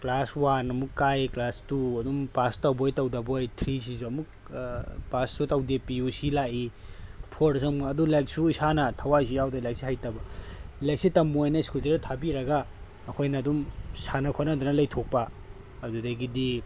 class one ꯑꯃꯨꯛ ꯀꯥꯏ class two ꯑꯗꯨꯝ ꯄꯥꯁ ꯇꯧꯕꯣꯏ ꯇꯧꯗꯕꯣꯏ ꯊ꯭ꯔꯤꯁꯤꯁꯨ ꯑꯃꯨꯛ ꯄꯥꯁꯁꯨ ꯇꯧꯗꯦ ꯄꯤ ꯌꯨ ꯁꯤ ꯂꯥꯛꯏ ꯐꯣꯔꯗꯁꯨ ꯑꯃꯨꯛ ꯑꯗꯣ ꯂꯥꯏꯔꯤꯛꯁꯨ ꯏꯁꯥꯅ ꯊꯋꯥꯏꯁꯦ ꯌꯥꯎꯗꯦ ꯂꯥꯏꯔꯤꯛꯁꯦ ꯍꯩꯇꯕ ꯂꯥꯏꯔꯤꯛꯁꯦ ꯇꯝꯃꯣ ꯍꯥꯏꯅ ꯁ꯭ꯀꯨꯜꯁꯤꯗ ꯊꯥꯕꯤꯔꯒ ꯑꯩꯈꯣꯏꯅ ꯑꯗꯨꯝ ꯁꯥꯟꯅ ꯈꯣꯠꯅꯗꯅ ꯂꯩꯊꯣꯛꯄ ꯑꯗꯨꯗꯒꯤꯗꯤ